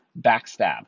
backstab